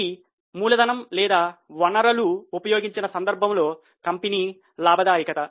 ఇది మూలధనం లేదా వనరులు ఉపయోగించిన సందర్భంలో కంపెనీ లాభదాయకత